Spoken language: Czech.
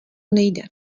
nejde